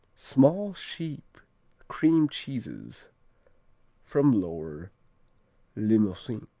small, sheep cream cheeses from lower limousin.